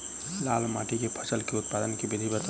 लाल माटि मे फसल केँ उत्पादन केँ विधि बताऊ?